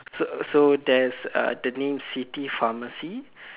so so there's uh the name city pharmacy